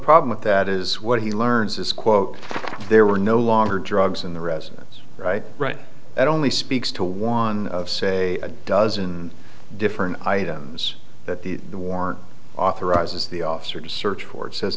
problem with that is what he learns is quote there were no longer drugs in the residence right right that only speaks to one of say a dozen different items that the the warrant authorizes the officer to search for it says